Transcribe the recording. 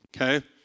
okay